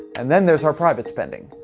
and then there's our private spending.